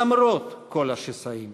למרות כל השסעים.